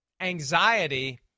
anxiety